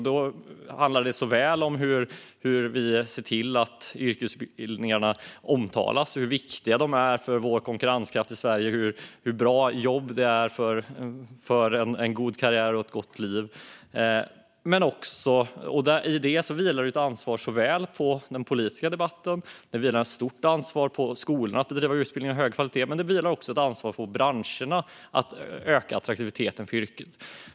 Då handlar det inte minst om hur vi ser till att yrkesutbildningarna omtalas, hur viktiga de är för Sveriges konkurrenskraft och hur bra jobb de innebär för en god karriär och ett gott liv. I det vilar också ett ansvar på den politiska debatten. Det vilar ett stort ansvar på skolan att bedriva utbildning av hög kvalitet, men det vilar också ett ansvar på branscherna att öka attraktiviteten för yrket.